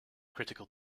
critical